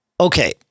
Okay